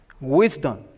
wisdom